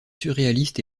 surréalistes